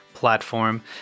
platform